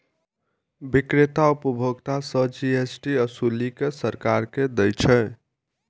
बिक्रेता उपभोक्ता सं जी.एस.टी ओसूलि कें सरकार कें दै छै